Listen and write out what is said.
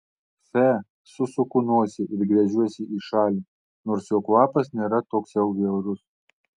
fe susuku nosį ir gręžiuosi į šalį nors jo kvapas nėra toks jau bjaurus